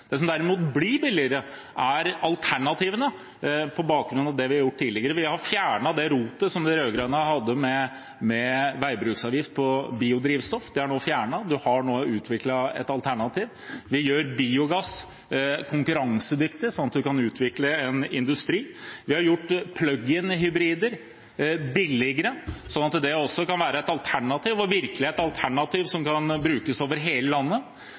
Det som derimot blir billigere, er alternativene, på bakgrunn av det vi har gjort tidligere. Vi har fjernet det rotet som de rød-grønne hadde med veibruksavgift på biodrivstoff. Den er nå fjernet, en har nå utviklet et alternativ. Vi gjør biogass konkurransedyktig, slik at en kan utvikle en industri. Vi har gjort plug-in-hybrider billigere, slik at det også kan være et alternativ, og virkelig et alternativ som kan brukes over hele landet,